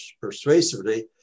persuasively